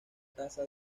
tasa